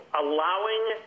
allowing